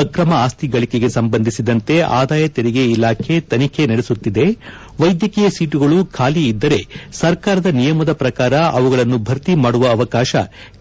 ಆಕ್ರಮ ಆಸ್ತಿ ಗಳಿಕೆಗೆ ಸಂಬಂಧಿಸಿದಂತೆ ಆದಾಯ ತೆರಿಗೆ ಇಲಾಖೆ ತನಿಖೆ ನಡೆಸುತ್ತಿದೆ ವೈದ್ಯಕೀಯ ಸೀಟುಗಳು ಬಾಲಿ ಇದ್ದರೆ ಸರ್ಕಾರದ ನಿಯಮದ ಪ್ರಕಾರ ಅವುಗಳನ್ನು ಭರ್ತಿ ಮಾಡುವ ಅವಕಾಶ